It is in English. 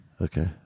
Okay